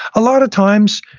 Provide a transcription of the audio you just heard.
a lot of times,